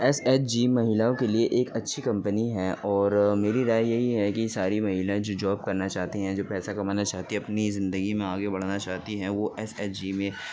S H G مہیلاؤں کے لیے ایک اچھی کمپنی ہے اور میری رائے یہی ہے کہ ساری مہیلا جو جاب کرنا چاہتی ہیں جو پیسہ کمانا چاہتی ہے اپنی زندگی میں آگے بڑاھنا چاہتی ہیں وہ ایس ایچ جی میں